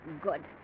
Good